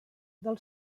del